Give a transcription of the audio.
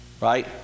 right